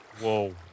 Whoa